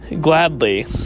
gladly